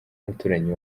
umuturanyi